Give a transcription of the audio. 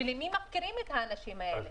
למה מפקירים את האנשים האלה?